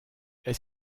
est